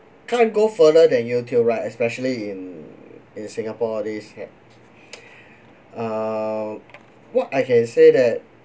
can't go further than YouTube right especially in in singapore this he~ err what I can say that